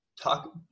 talk